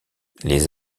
les